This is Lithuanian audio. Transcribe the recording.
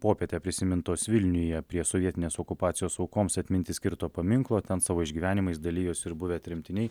popietę prisimintos vilniuje prie sovietinės okupacijos aukoms atminti skirto paminklo ten savo išgyvenimais dalijosi ir buvę tremtiniai